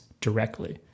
directly